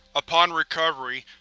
upon recovery,